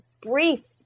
brief